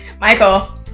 Michael